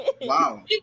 Wow